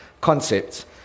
concepts